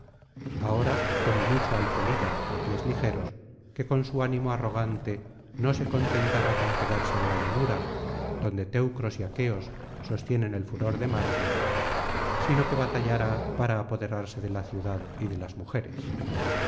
ahora temo mucho al pelida de pies ligeros que con su ánimo arrogante no se contentará con quedarse en la llanura donde teucros y aqueos sostienen el furor de marte sino que batallará para apoderarse de la ciudad y de las mujeres